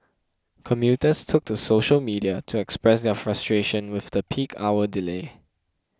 commuters took to social media to express their frustration with the peak hour delay